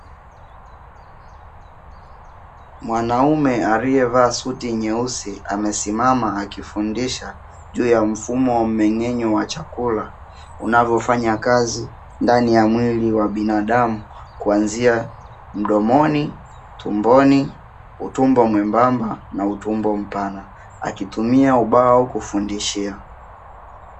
Mwanaume aliyevaa suti nyeusi amesimama akifundisha juu ya mfumo wa mmeng'enyo wa chakula, unavyofanya kazi ndani ya mwili wa binadamu, kuanzia mdomo ni, tumboni, utumbo mwembamba, na utumbo mpana; akitumia ubao kufundishia.